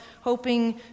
hoping